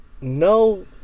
no